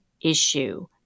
issue